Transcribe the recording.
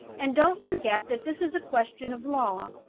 and don't forget that this is a question of law.